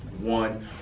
one